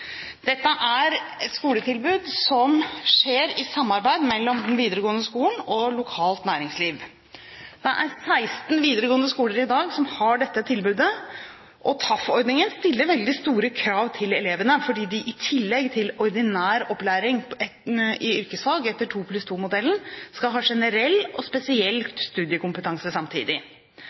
Dette er et skoletilbud som skjer i samarbeid mellom den videregående skolen og lokalt næringsliv. Det er 16 videregående skoler i dag som har dette tilbudet, og TAF-ordningen stiller veldig store krav til elevene, fordi de i tillegg til ordinær opplæring i yrkesfag etter 2+2-modellen skal ha generell og spesiell studiekompetanse samtidig.